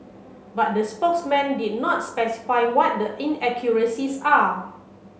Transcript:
but the spokesman did not specify what the inaccuracies are